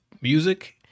music